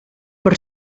per